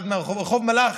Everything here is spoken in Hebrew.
רחוב מלאכי.